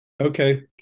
okay